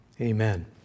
Amen